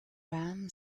ram